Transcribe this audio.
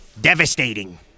Devastating